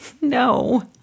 No